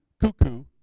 cuckoo